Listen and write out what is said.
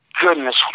goodness